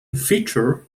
feature